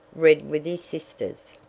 read with his sisters,